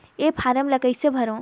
ये फारम ला कइसे भरो?